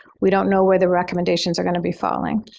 we don't know where the recommendations are going to be falling.